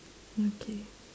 okay